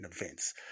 events